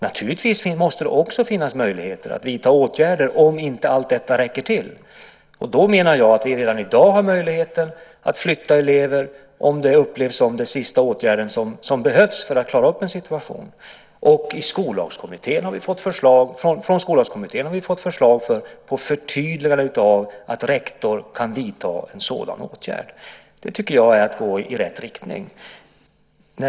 Naturligtvis måste det också finnas möjligheter att vidta åtgärder om inte allt detta räcker till. Redan i dag har vi, menar jag, möjligheten att flytta elever om det upplevs som den sista åtgärden som behövs för att klara upp en situation. Från Skollagskommittén har vi fått förslag om ett förtydligande av att rektor kan vidta en sådan åtgärd. Det tycker jag är att gå i rätt riktning.